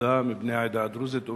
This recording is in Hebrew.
נכבדה מבני העדה הדרוזית.